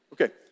Okay